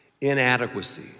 inadequacy